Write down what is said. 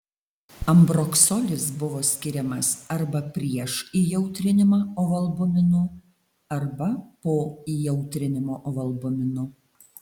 ambroksolis buvo skiriamas arba prieš įjautrinimą ovalbuminu arba po įjautrinimo ovalbuminu